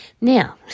Now